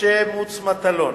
משה מוץ מטלון,